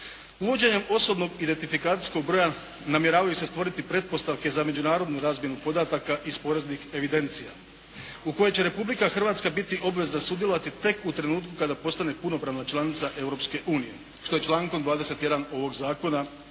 Uvođenjem osobnog identifikacijskog broja namjeravaju se stvoriti pretpostavke za međunarodnu razmjenu podataka iz poreznih evidencija u koje će Republika Hrvatska biti obvezna sudjelovati tek u trenutku kada postane punopravna članica Europske unije, što je člankom 21. ovog zakona